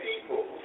people